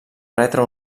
retre